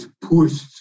pushed